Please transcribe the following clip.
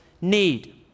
need